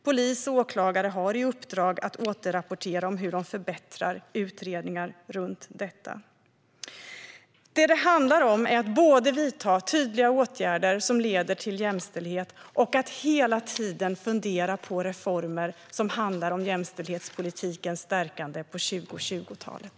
Polis och åklagare har i uppdrag att återrapportera om hur de förbättrar utredningar av detta. Det som det handlar om är att både vidta tydliga åtgärder som leder till jämställdhet och hela tiden fundera på reformer som handlar om jämställdhetspolitikens stärkande på 2020-talet.